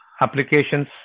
applications